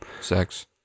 sex